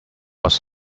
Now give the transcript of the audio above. was